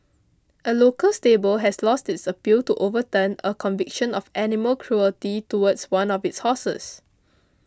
a local stable has lost its appeal to overturn a conviction of animal cruelty towards one of its horses